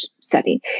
study